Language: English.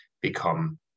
become